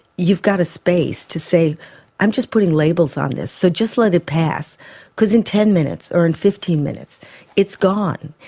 you've got a space to say i'm just putting labels on this so just let it pass because in ten minutes or in fifteen minutes it's gone.